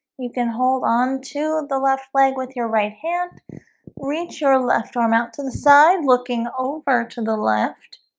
you can hold on to the left leg with your right hand reach your left arm out to the side looking over to the left